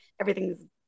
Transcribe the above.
everything's